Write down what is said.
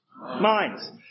Minds